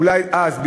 אולי אז,